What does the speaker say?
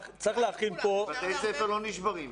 בבתי ספר לא נשברים.